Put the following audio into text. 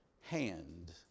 hand